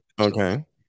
Okay